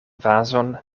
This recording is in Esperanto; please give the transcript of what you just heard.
vazon